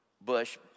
bush